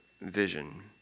vision